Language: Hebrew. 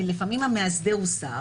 כי לפעמים המאסדר הוא שר,